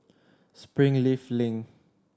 Springleaf Link